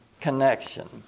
connection